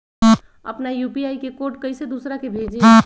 अपना यू.पी.आई के कोड कईसे दूसरा के भेजी?